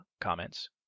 comments